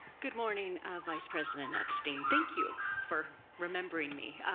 good morning vice president epstein. thank you for remembering me.